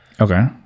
Okay